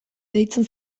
deitzen